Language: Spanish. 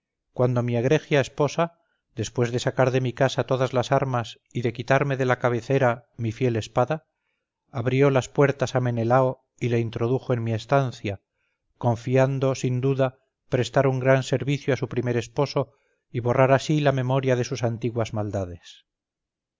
cuando mi egregia esposa después de sacar de mi casa todas las armas y de quitarme de la cabecera mi fiel espada abrió las puertas a menelao y le introdujo en mi estancia confiando sin duda prestar un gran servicio a su primer esposo y borrar así la memoria de sus antiguas maldades